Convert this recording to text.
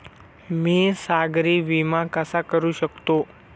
मी सागरी विमा कसा करू शकतो?